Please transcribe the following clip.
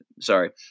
sorry